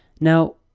now,